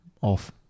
Off